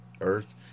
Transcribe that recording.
earth